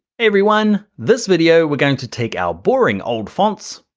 everyone. this video, we're going to take our boring old fonts,